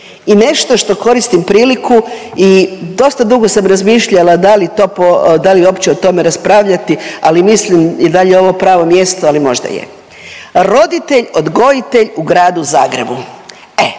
I nešto što koristim priliku i dosta dugo sam razmišljala da li to, da li uopće o tome raspravljati, ali mislim i da li je ovo pravo mjesto, ali možda je. Roditelj odgojitelj u Gradu Zagrebu,